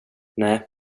nej